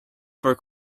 for